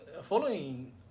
following